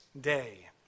Day